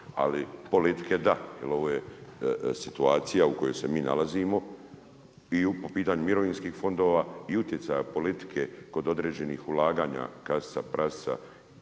ali politike, da. Jer ovo je situacija u kojoj se mi nalazimo i po pitanju mirovinskih fondova i utjecaja politike kod određenih ulaganja kasica prasica,